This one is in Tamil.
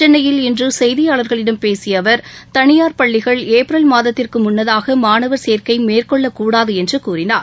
சென்னையில் இன்று செய்தியாளர்களிடம் பேசிய அவர் தனியார் பள்ளிகள் ஏப்ரல் மாதத்திற்கு முன்னதாக மாணவர் சேர்க்கை மேற்கொள்ளக்கூடாது என்று கூறினார்